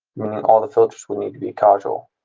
meaning all the filters would need to be casual.